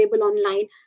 online